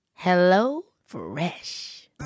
HelloFresh